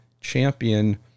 champion